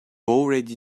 already